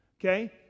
okay